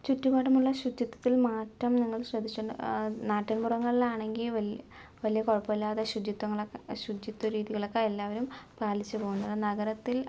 ചുറ്റുപാടുമുള്ള ശുചിത്വത്തിൽ മാറ്റം ഞങ്ങൾ ശ്രദ്ധിച്ചിട്ടുണ്ട് നാട്ടിൻ പുറങ്ങളിലാണെങ്കിൽ ഈ വൽ വലിയ കുഴപ്പമില്ലാതെ ശുചിത്വങ്ങളൊക്കെ ശുചിത്വ രീതികളൊക്കെ എല്ലാവരും പാലിച്ച് പോകുന്നു നഗരത്തിൽ